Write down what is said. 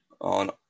on